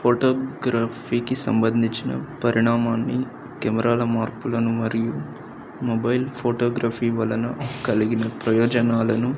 ఫోటోగ్రఫీకి సంబంధించిన పరిణామాన్ని కెమెరాల మార్పులను మరియు మొబైల్ ఫోటోగ్రఫీ వలన కలిగిన ప్రయోజనాలను